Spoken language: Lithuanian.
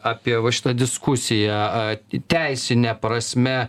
apie va šitą diskusiją a teisine prasme